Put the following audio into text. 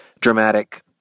dramatic